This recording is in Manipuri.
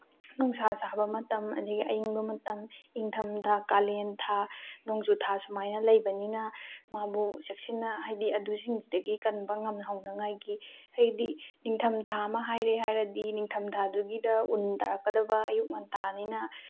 ꯅꯨꯡꯁꯥ ꯁꯥꯕ ꯃꯇꯝ ꯑꯗꯒꯤ ꯑꯌꯤꯡꯕ ꯃꯇꯝ ꯅꯤꯡꯊꯝꯊꯥ ꯀꯥꯂꯦꯟꯊꯥ ꯅꯣꯡꯖꯨꯊꯥ ꯁꯨꯃꯥꯏꯅ ꯂꯩꯕꯅꯤꯅ ꯃꯥꯕꯨ ꯆꯦꯛꯁꯤꯟꯅ ꯍꯥꯏꯗꯤ ꯑꯗꯨꯁꯤꯡꯁꯤꯗꯒꯤ ꯀꯟꯕ ꯉꯝꯍꯧꯅꯉꯥꯏꯒꯤ ꯍꯥꯏꯗꯤ ꯅꯤꯡꯊꯝꯊꯥ ꯑꯃ ꯍꯥꯏꯔꯦ ꯍꯥꯏꯔꯗꯤ ꯅꯤꯡꯊꯝꯊꯥꯗꯨꯒꯤꯗ ꯎꯟ ꯇꯥꯔꯛꯀꯗꯕ ꯑꯌꯨꯛ ꯉꯟꯇꯥꯅꯤꯅ